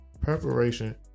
preparation